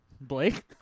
Blake